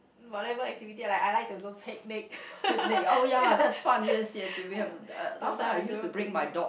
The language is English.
whatever activity I like I like to go picnic ya sometimes I do picnic